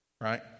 right